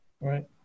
Right